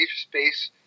space